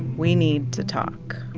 we need to talk